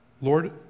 Lord